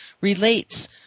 relates